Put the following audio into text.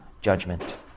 Judgment